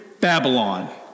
Babylon